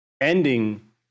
ending